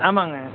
ஆமாங்க